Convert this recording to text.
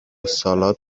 سالاد